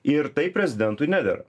ir taip prezidentui nedera